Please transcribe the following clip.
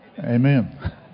Amen